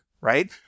right